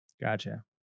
Gotcha